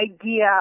idea